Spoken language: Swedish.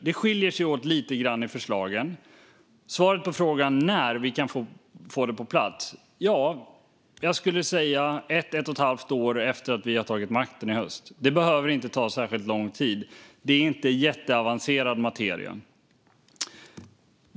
Det skiljer sig åt lite grann i förslagen. Som svar på frågan när vi kan få detta på plats skulle jag säga: ett till ett och ett halvt år efter att vi har tagit makten i höst. Det behöver inte ta särskilt lång tid, för det är inte jätteavancerad materia.